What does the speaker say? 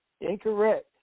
Incorrect